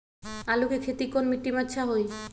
आलु के खेती कौन मिट्टी में अच्छा होइ?